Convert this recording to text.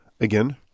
Again